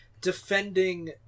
Defending